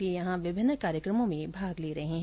वे यहां विभिन्न कार्यक्रमों में भाग ले रहे है